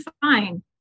fine